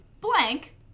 blank